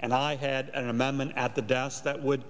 and i had an amendment at the deaths that would